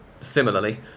similarly